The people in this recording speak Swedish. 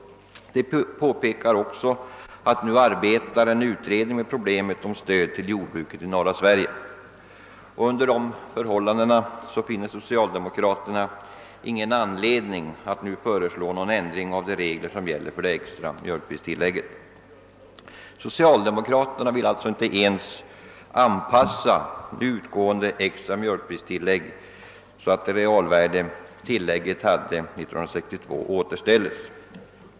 Man påpekar också att en utredning nu arbetar med problemet om stöd till jordbruket i norra Sverige. Under dessa förhållanden finner socialdemokraterna ingen anledning att nu föreslå någon ändring av de regler som gäller för det extra mjölkpristillägget. Socialdemokraterna vill således inte ens anpassa nu utgående extra mjölkpristillägg så att det realvärde pristillägget hade 1962 återställs.